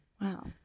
Wow